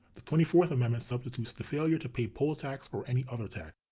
the twenty-fourth amendment substitutes the failure to pay poll tax or any other tax,